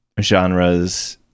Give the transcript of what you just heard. genres